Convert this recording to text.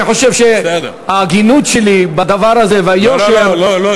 אני חושב שההגינות שלי בדבר הזה והיושר, לא, לא.